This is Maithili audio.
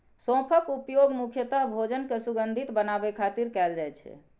सौंफक उपयोग मुख्यतः भोजन कें सुगंधित बनाबै खातिर कैल जाइ छै